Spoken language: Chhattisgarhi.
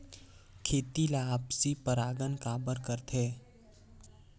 खेती ला आपसी परागण काबर करथे?